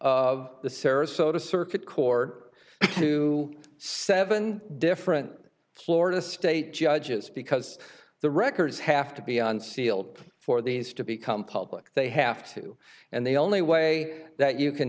the sarasota circuit court to seven different florida state judges because the records have to be unsealed for these to become public they have to and the only way that you can